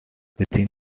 within